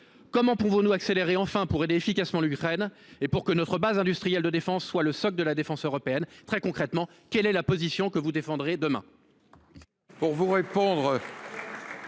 comment pouvons nous accélérer enfin pour aider efficacement l’Ukraine et pour que notre base industrielle de défense soit le socle de la défense européenne ? Très concrètement, quelle est la position que vous défendrez demain ?